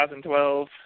2012